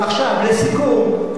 לסיכום,